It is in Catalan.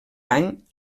any